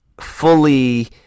fully